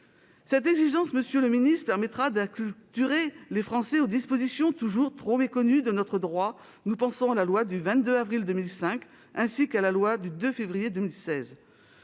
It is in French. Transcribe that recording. Cette exigence, monsieur le ministre, permettra d'acculturer les Français aux dispositions toujours trop méconnues de notre droit : nous pensons à la loi du 22 avril 2005, ainsi qu'à la loi du 2 février 2016.